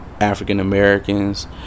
African-Americans